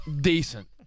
decent